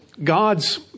God's